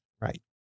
Right